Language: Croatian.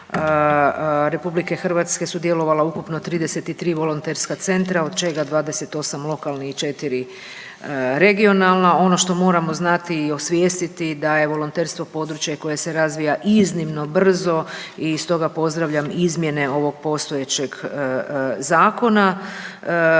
RH sudjelovalo ukupno 33 volonterska centra od čega 28 lokalnih i 4 regionalna. Ono što moramo znati i osvijestiti da je volonterstvo područje koje se razvija iznimno brzo i stoga pozdravljam izmjene ovog postojećeg zakona.